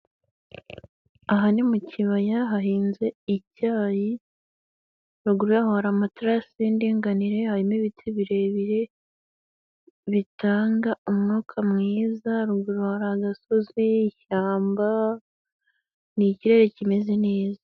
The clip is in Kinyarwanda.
Aha ni mu kibaya hahinze icyayi, ruguru yaho hari amaterasi y'indinganire, harimo ibiti birebire, bitanga umwuka mwiza, haruguru hari agasozi, ishyamba, ni ikirere kimeze neza.